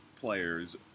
players